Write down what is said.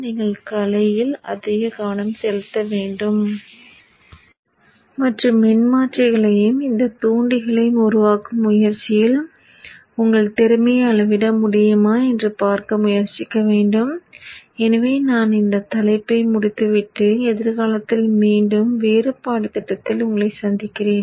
நீங்கள் கலையில் அதிக கவனம் செலுத்த வேண்டும் மற்றும் மின்மாற்றிகளையும் இந்த தூண்டிகளையும் உருவாக்கும் முயற்சியில் உங்கள் திறமையை அளவிட முடியுமா என்று பார்க்க முயற்சிக்க வேண்டும் எனவே நான் இந்த தலைப்பை முடித்துவிட்டு எதிர்காலத்தில் மீண்டும் வேறு பாடத்தில் உங்களை சந்திக்கிறேன்